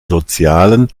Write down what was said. sozialen